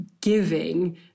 giving